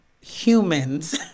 humans